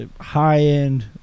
high-end